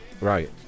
right